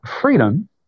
freedom